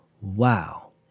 Wow